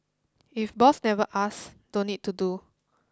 if boss never asks don't need to do